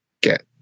get